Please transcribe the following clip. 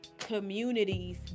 Communities